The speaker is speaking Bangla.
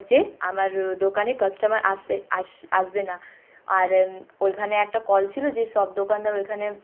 যে আমার দোকানে কাস্টমার আসতে আস আসবে না আর ওখানে একটা কল ছিল যে সব দোকানদার ওখানে